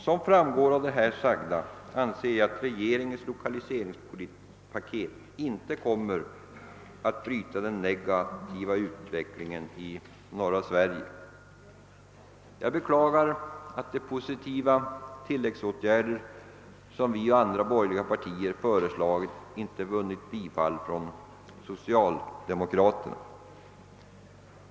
Såsom framgår av det nu anförda anser jag att regeringens lokaliseringspaket inte kommer att bryta den negativa utvecklingen i norra Sverige. Jag beklagar att de positiva tilläggsåtgärder, som vi i de borgerliga partierna föreslagit, inte vunnit socialdemokraternas bifall.